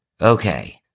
Okay